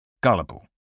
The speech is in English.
Gullible